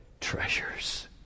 treasures